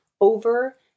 over